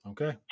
Okay